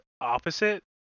opposite